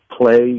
play